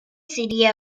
city